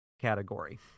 category